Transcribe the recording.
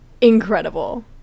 incredible